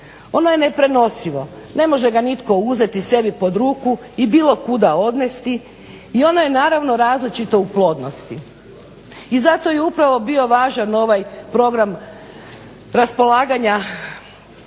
Ono je neprenosivo, ne može ga nitko uzeti sebi pod ruku i bilo kuda odnesti i ona je naravno različita u plodnosti. I zato je upravo bio važan ovaj program raspolaganja